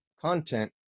content